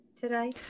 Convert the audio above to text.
today